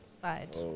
side